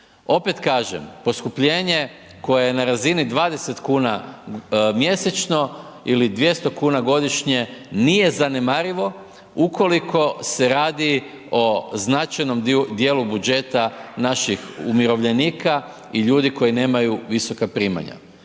Opet kažem, poskupljenje koje je na razini 20 kuna mjesečno ili 200 kuna godišnje, nije zanemarivo ukoliko se radi o značajnom dijelu budžeta naših umirovljenika i ljudi koji nemaju visoka primanja.